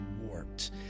warped